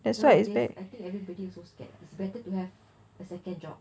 so I guess I think everybody also scared it's better to have a second job